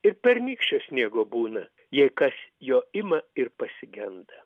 ir pernykščio sniego būna jei kas jo ima ir pasigenda